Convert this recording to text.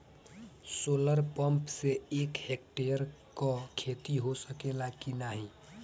Solar pump से एक hectare क खेती हो सकेला की नाहीं?